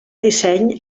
disseny